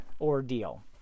ordeal